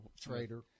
Trader